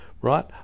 Right